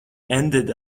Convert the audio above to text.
ended